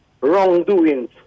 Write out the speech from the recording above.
wrongdoings